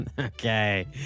Okay